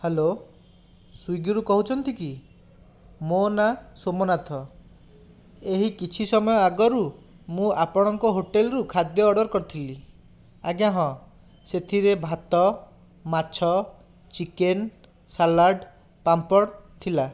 hello ସ୍ୱିଗୀରୁ କହୁଛନ୍ତି କି ମୋ ନାଁ ସୋମନାଥ ଏହି କିଛି ସମୟ ଆଗରୁ ମୁଁ ଆପଣଙ୍କ ହୋଟେଲରୁ ଖାଦ୍ୟ ଅର୍ଡ଼ର କରିଥିଲି ଆଜ୍ଞା ହଁ ସେଥିରେ ଭାତ ମାଛ ଚିକେନ ସାଲାଡ଼ ପାମ୍ପଡ଼ ଥିଲା